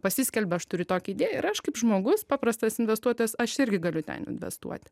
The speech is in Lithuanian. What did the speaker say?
pasiskelbia aš turiu tokią idėją ir aš kaip žmogus paprastas investuotojas aš irgi galiu ten investuot